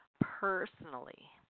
personally